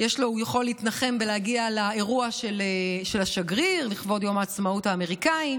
הוא יכול להתנחם בלהגיע לאירוע של השגריר לכבוד יום העצמאות האמריקאי,